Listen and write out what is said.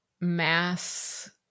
mass